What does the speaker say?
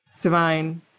divine